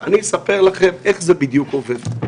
אני אספר לכם איך זה בדיוק עובד.